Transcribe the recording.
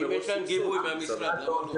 אם יש להם גיבוי מן המשרד אז למה לא?